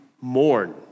mourn